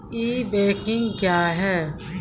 ई banking क्या हैं?